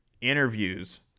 interviews